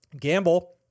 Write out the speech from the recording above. Gamble